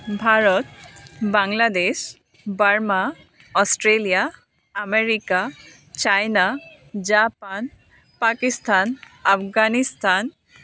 Bharat Bangladesh Burma Australia America China Japan Pakistan Afghanistan